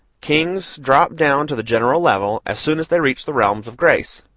kings drop down to the general level as soon as they reach the realms of grace.